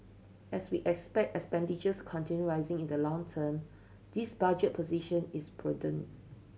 as we expect expenditures continue rising in the long term this budget position is prudent